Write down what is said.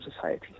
society